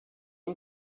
you